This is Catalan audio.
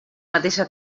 mateixa